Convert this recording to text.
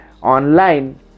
online